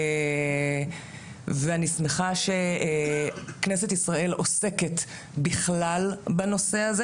ואני שמחה שכנסת ישראל עוסקת בכלל בנושא הזה,